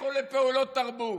לכו לפעולות תרבות,